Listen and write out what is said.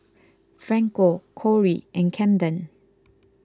Franco Kori and Camden